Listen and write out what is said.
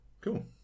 cool